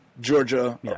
Georgia